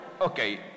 okay